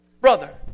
brother